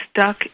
stuck